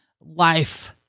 life